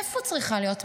איפה צריכה להיות מדינה?